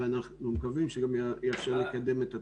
ואנחנו מקווים שגם יאפשר לקדם את התקנות.